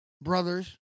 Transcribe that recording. brothers